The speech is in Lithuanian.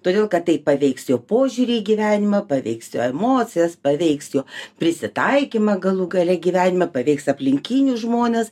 todėl kad tai paveiks jo požiūrį į gyvenimą paveiks jo emocijas paveiks jo prisitaikymą galų gale gyvenime paveiks aplinkinius žmones